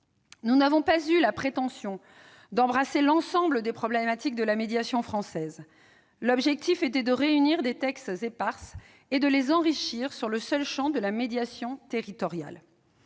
Nous n'avons pas eu la prétention d'embrasser l'ensemble des problématiques de la médiation française. L'objectif était de réunir des textes épars et de les enrichir sur le seul champ de la médiation territoriale.